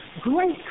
great